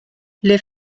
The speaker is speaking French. les